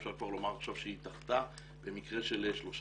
אפשר לומר כבר עכשיו שהיא דחתה במקרה של שלושה